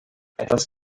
etwas